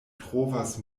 trovas